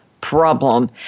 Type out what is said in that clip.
problem